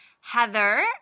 Heather